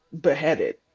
beheaded